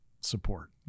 support